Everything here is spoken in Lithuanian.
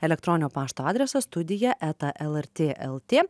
elektroninio pašto adresas studija eta lrt lt